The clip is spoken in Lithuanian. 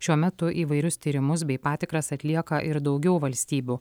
šiuo metu įvairius tyrimus bei patikras atlieka ir daugiau valstybių